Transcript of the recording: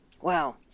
wow